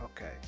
Okay